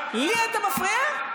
לי אתה מפריע?